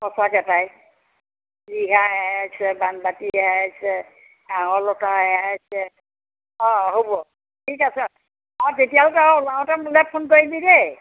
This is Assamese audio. সঁচাকৈ পাই ৰিহা হেৰাইছে বানবাটি হেৰাইছে কাহঁৰ লোটা হেৰাইছে অঁ হ'ব ঠিক আছে তেতিয়াও তই উলাওতে মোলৈ ফোন কৰিবি দেই